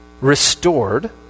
restored